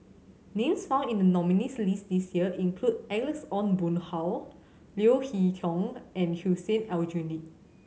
names found in the nominees' list this year include Alex Ong Boon Hau Leo Hee Tong and Hussein Aljunied